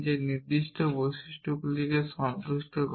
যে নির্দিষ্ট বৈশিষ্ট্যগুলিকে সন্তুষ্ট করে